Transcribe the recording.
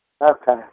Okay